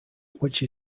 which